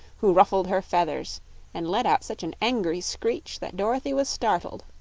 who ruffled her feathers and let out such an angry screech that dorothy was startled.